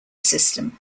system